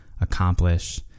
accomplish